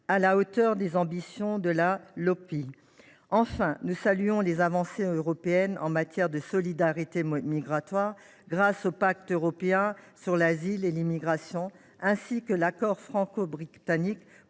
du ministère de l’intérieur (Lopmi). Enfin, nous saluons les avancées européennes en matière de solidarité migratoire, grâce au pacte européen sur l’asile et l’immigration, ainsi qu’à l’accord franco britannique